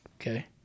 Okay